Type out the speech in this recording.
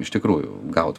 iš tikrųjų gaut